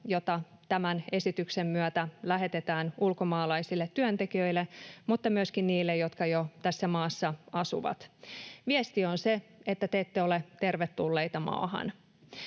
jota tämän esityksen myötä lähetetään ulkomaalaisille työntekijöille mutta myöskin niille, jotka jo tässä maassa asuvat. Viesti on se, että te ette ole tervetulleita maahan.